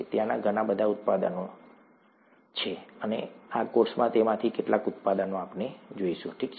ત્યાં ઘણા બધા ઉત્પાદનો છે અમે આ કોર્સમાં તેમાંથી કેટલાક ઉત્પાદનો જોઈશું ઠીક છે